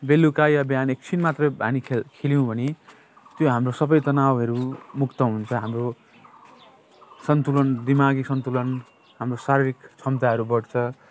बेलुका या बिहान एकछिन मात्रै हामी खेल खेल्यौँ भने त्यो हाम्रो सबै तनावहरू मुक्त हुन्छ हाम्रो सन्तुलन दिमागी सन्तुलन हाम्रो शारीरिक क्षमताहरू बढ्छ